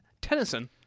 Tennyson